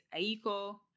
Aiko